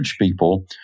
people